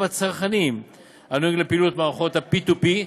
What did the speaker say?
הצרכניים הנוגעים לפעילות מערכות ה-P2P,